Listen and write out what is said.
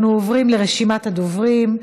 אנחנו עוברים לרשימת הדוברים.